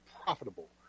profitable